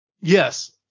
Yes